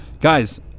guys